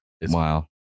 Wow